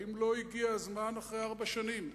האם לא הגיע הזמן אחרי ארבע שנים?